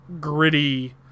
gritty